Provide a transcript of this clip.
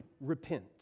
Repent